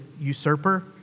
usurper